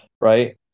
right